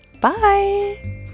Bye